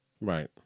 Right